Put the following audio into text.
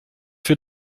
für